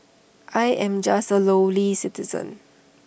I am just A lowly citizen